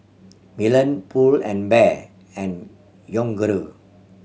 Milan Pull and Bear and Yoguru